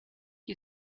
you